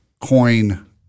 coin